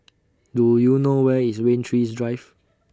Do YOU know Where IS Rain Tree Drive